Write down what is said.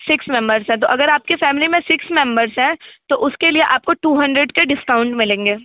six members हैं तो अगर आपके फ़ैमिली में सिक्स मेंबर्स हैं तो उसके लिए आपको टू हंड्रेड के डिस्काउंट मिलेंगे